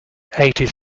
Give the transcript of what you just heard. eighties